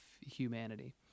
humanity